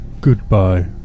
Goodbye